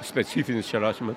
specifinis čia rašymas